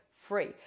free